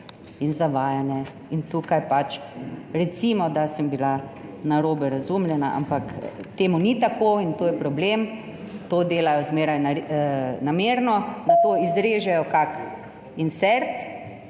in zavajanje. Tukaj pač recimo, da sem bila narobe razumljena, ampak to ni tako in to je problem, to delajo zmeraj namerno. Nato izrežejo kakšen insert,